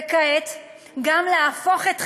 וכעת גם להפוך את חמאס,